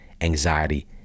anxiety